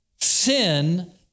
Sin